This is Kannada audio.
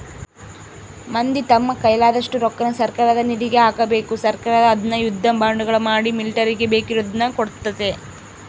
ಮಂದಿ ತಮ್ಮ ಕೈಲಾದಷ್ಟು ರೊಕ್ಕನ ಸರ್ಕಾರದ ನಿಧಿಗೆ ಹಾಕಬೇಕು ಸರ್ಕಾರ ಅದ್ನ ಯುದ್ಧ ಬಾಂಡುಗಳ ಮಾಡಿ ಮಿಲಿಟರಿಗೆ ಬೇಕಿರುದ್ನ ಕೊಡ್ತತೆ